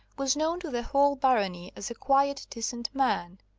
was known to the whole barony as a quiet, decent man.